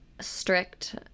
strict